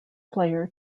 player